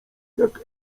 jak